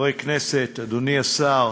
חברי הכנסת, אדוני השר,